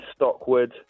Stockwood